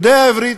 יודע עברית,